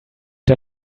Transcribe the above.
der